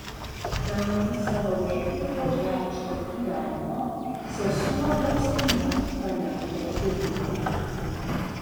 dalį savo neilgo žemiško gyvenimo sesuo faustina praleido vilniuje